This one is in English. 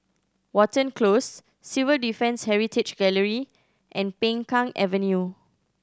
Watten Close Civil Defence Heritage Gallery and Peng Kang Avenue